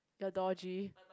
your dodgy